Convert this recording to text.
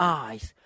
eyes